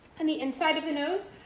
and the inside of the nose.